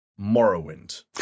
Morrowind